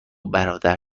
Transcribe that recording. برادر